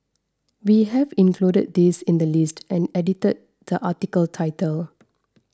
we have included this in the list and edited the article title